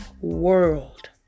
world